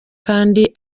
kandi